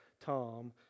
Tom